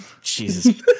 jesus